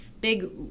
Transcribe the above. big